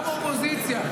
גם אופוזיציה.